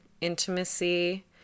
intimacy